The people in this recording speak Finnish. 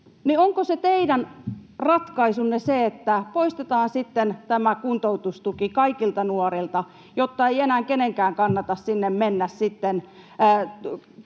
Onko teidän ratkaisunne se, että poistetaan sitten tämä kuntoutustuki kaikilta nuorilta, jotta ei enää kenenkään kannata sinne mennä